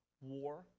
war